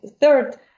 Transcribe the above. third